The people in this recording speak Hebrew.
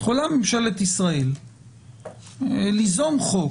ממשלת ישראל יכולה ליזום חוק